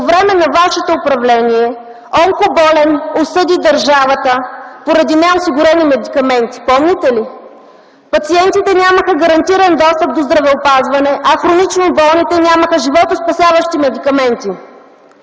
време на вашето управление, онкоболен осъди държавата поради неосигурени медикаменти. Помните ли? Пациентите нямаха гарантиран достъп до здравеопазване, а хронично болните нямаха животоспасяващи медикаменти.